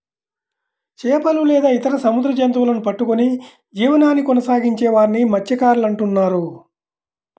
చేపలు లేదా ఇతర సముద్ర జంతువులను పట్టుకొని జీవనాన్ని కొనసాగించే వారిని మత్య్సకారులు అంటున్నారు